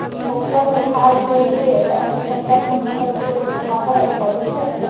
मुखिया मे ठाढ़ होए लेल अपन सभटा पूंजीक स्रोत देखाबै पड़ैत छै